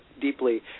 deeply